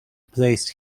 placed